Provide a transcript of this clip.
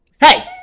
Hey